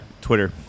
Twitter